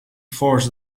force